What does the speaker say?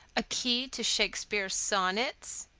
a key to shakespeare's sonnets,